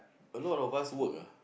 a lot of us work ah